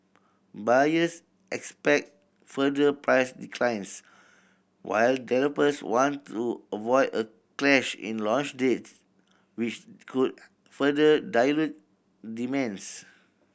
buyers expect further price declines while developers want to avoid a clash in launch date which could further dilute demands